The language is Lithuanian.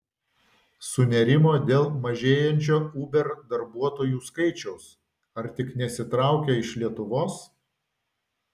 sunerimo dėl mažėjančio uber darbuotojų skaičiaus ar tik nesitraukia iš lietuvos